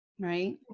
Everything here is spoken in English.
Right